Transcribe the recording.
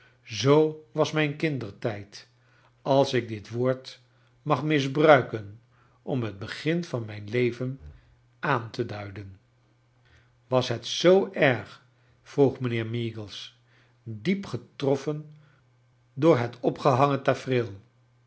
zoo was mijn kindsheid als ik dit woord mag m sbruiken om het begin van mijn leven aan te duiden was het zoo erg vroeg mijnheer meagles diep getroffen door het opgehangen